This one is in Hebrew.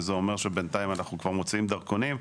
שזה אומר שבינתיים אנחנו כבר מוציאים דרכונים,